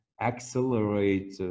accelerate